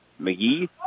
McGee